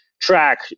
track